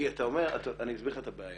אני אסביר לך את הבעיה.